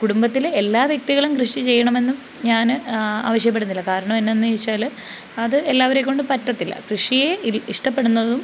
കുടുംബത്തിലെ എല്ലാ വ്യക്തികളും കൃഷി ചെയ്യണമെന്നും ഞാൻ ആവശ്യപ്പെടുന്നില്ല കാരണം എന്നാന്നു ചോദിച്ചാൽ അത് എല്ലാവരെ കൊണ്ടും പറ്റത്തില്ല കൃഷിയെ ഇൽ ഇഷ്ടപ്പെടുന്നതും